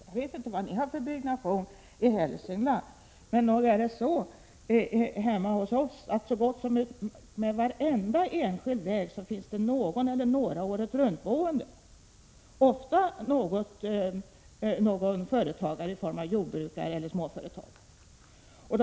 Jag vet inte vad ni har för byggnation i Hälsingland, men nog är det så hemma hos oss att så gott som utmed varenda enskild väg finns det någon eller några åretruntboende, ofta jordbrukare eller småföretagare.